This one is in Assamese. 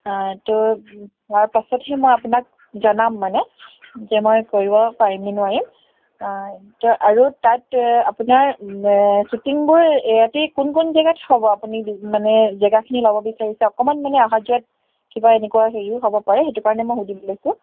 ত' তাৰ পাছতহে মই আপোনাক জনাম মানে যে মই কৰিব পাৰিম নে নোৱাৰিম ত' আৰু তাত আপোনাৰ শ্বুটিংবোৰ ইয়াতেই কোন কোন জেগাত হ'ব আপুনি মানে জেগাখিনি ল'ব বিচাৰিছে অকণমান মানে অহা যোৱাত কিবা এনেকুৱা হেৰিও হ'ব পাৰে সেইটো কাৰণে মই সুধিব লৈছোঁ